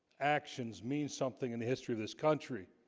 actions mean something in the history of this country